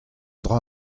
dra